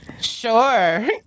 Sure